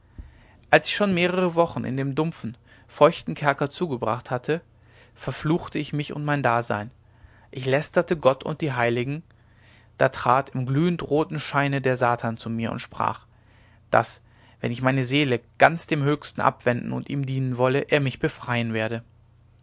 als ich schon mehrere wochen in dem dumpfen feuchten kerker zugebracht hatte verfluchte ich mich und mein dasein ich lästerte gott und die heiligen da trat im glühend roten scheine der satan zu mir und sprach daß wenn ich meine seele ganz dem höchsten abwenden und ihm dienen wolle er mich befreien werde